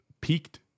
peaked